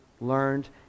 learned